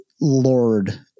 Lord